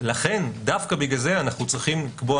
דווקא בגלל זה אנחנו צריכים לקבוע